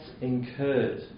incurred